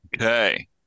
Okay